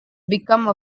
become